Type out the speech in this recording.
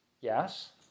yes